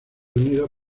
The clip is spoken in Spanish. unidos